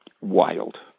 wild